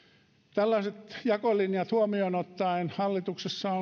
tällaiset jakolinjat huomioon ottaen hallituksessa